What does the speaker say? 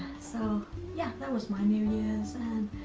so yeah, that was my new years and,